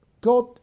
God